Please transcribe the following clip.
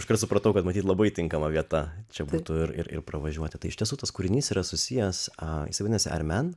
iškart supratau kad matyt labai tinkama vieta čia būtų ir ir pravažiuoti tai iš tiesų tas kūrinys yra susijęs jisai vadinasi armen